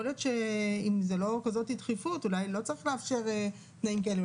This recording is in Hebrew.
יכול להיות שאם זה לא כזאת דחיפות אולי לא צריך לאפשר תנאים כאלה,